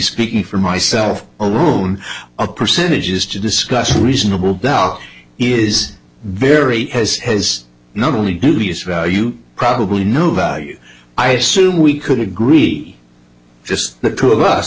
speaking for myself alone of percentages to discuss reasonable doubt is very has has not only dubious value probably no value i assume we could agreed just the two of us